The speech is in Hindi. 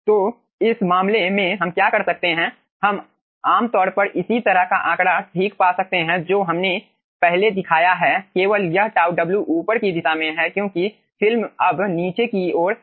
तो इस मामले में हम क्या कर सकते हैं हम आम तौर पर इसी तरह का आंकड़ा ठीक पा सकते हैं जो हमने पहले दिखाया है केवल यह τ w ऊपर की दिशा में है क्योंकि फिल्म अब नीचे की ओर गिर रही है